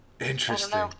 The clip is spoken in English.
interesting